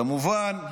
כמובן,